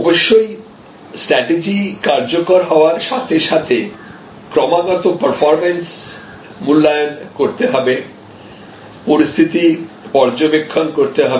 অবশ্যই স্ট্রাটেজি কার্যকর হওয়ার সাথে সাথে ক্রমাগত পারফরম্যান্স মূল্যায়ন করতে হবে পরিস্থিতি পর্যবেক্ষণ করতে হবে